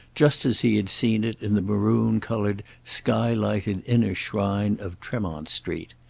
just as he had seen it in the maroon-coloured, sky-lighted inner shrine of tremont street.